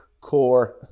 core